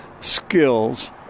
skills